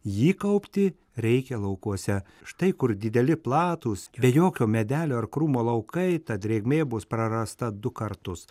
jį kaupti reikia laukuose štai kur dideli platūs be jokio medelio ar krūmo laukai ta drėgmė bus prarasta du kartus